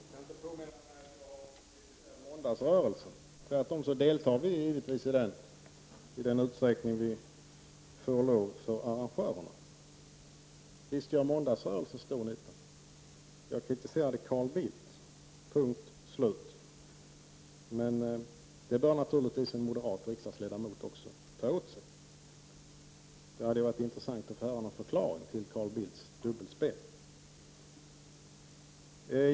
Herr talman! Jag kan inte påminna mig att jag har kritiserat måndagsrörelsen. Tvärtom deltar vi i miljöpartiet givetvis i den utsträckning vi får lov för arrangörerna. Visst gör måndagsrörelsen stor nytta. Jag kritiserade Carl Bildt, punkt, slut. Men det bör naturligtvis en moderat riksdagsledamot också ta åt sig. Det hade varit intressant att få en förklaring till Carl Bildts dubbelspel.